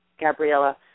Gabriella